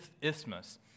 isthmus